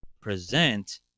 present